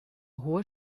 hohe